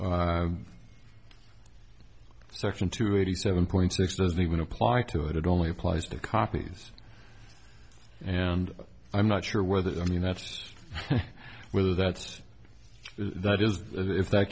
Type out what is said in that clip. section two eighty seven point six doesn't even apply to it it only applies to copies and i'm not sure whether i mean that's just whether that's that is if that